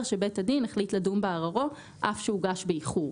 שבית הדין החליט לדון בערערו אף שהוגש באיחור.